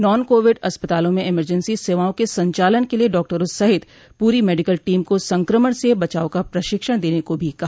non Covid अस्पतालों में emergency सेवाओं के संचालन के लिए डॉक्टरों सहित पूरी मेडिकल टीम को संक्रमण से बचाव का प्रशिक्षण देने को भी कहा